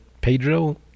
Pedro